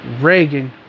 Reagan